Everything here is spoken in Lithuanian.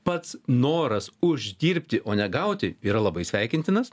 pats noras uždirbti o ne gauti yra labai sveikintinas